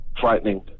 frightening